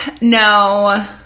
No